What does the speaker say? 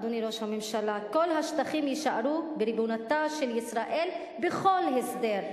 אדוני ראש הממשלה: כל השטחים יישארו בריבונותה של ישראל בכל הסדר.